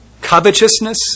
covetousness